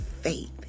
faith